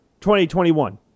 2021